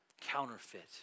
counterfeit